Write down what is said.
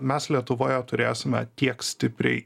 mes lietuvoje turėsime tiek stipriai